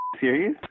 serious